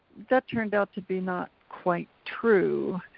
that turned out to be not quite true,